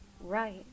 Right